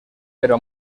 però